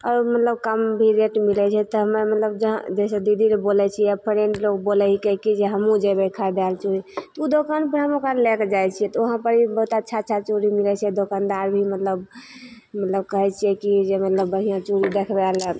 आओर मतलब कम भी रेटमे मिलै हइ तऽ हमरा मतलब जहाँ जइसे दीदी लोक बोलै छिए या फ्रेन्ड लोक बोलै हिकै कि जे हमहूँ जएबै खरिदैले चूड़ी ओ दोकानपर हम ओकरा लैके जाइ छिए तऽ वहाँपर ई बहुत अच्छा अच्छा चूड़ी मिलै छै दोकानदार भी मतलब मतलब कहै छिए कि जे बढ़िआँ चूड़ी देखबैले